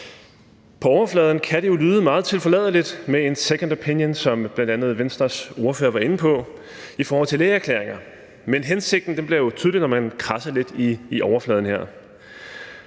På overfladen kan det jo lyde meget tilforladeligt med en second opinion, som bl.a. Venstres ordfører var inde på, i forhold til lægeerklæringer. Men hensigten bliver jo tydelig, når man kradser lidt i overfladen her.